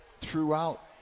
throughout